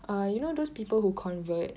uh you know those people who convert